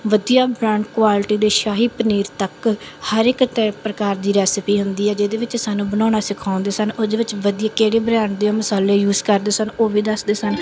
ਵਧੀਆ brand quality ਦੇ ਸ਼ਾਹੀ ਪਨੀਰ ਤੱਕ ਹਰ ਇੱਕ ਤ ਪ੍ਰਕਾਰ ਦੀ ਰੈਸਪੀ ਹੁੰਦੀ ਹੈ ਜਿਹਦੇ ਵਿੱਚ ਸਾਨੂੰ ਬਣਾਉਣਾ ਸਿਖਾਉਂਦੇ ਸਨ ਉਹਦੇ ਵਿੱਚ ਵਧੀਆ ਕਿਹੜੇ ਬ੍ਰੈਂਡ ਦੇ ਉਹ ਮਸਾਲੇ ਯੂਜ਼ ਕਰਦੇ ਸਨ ਉਹ ਵੀ ਦੱਸਦੇ ਸਨ